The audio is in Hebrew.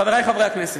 חברי חברי הכנסת,